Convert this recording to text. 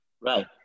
Right